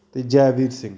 ਅਤੇ ਜੈਵੀਰ ਸਿੰਘ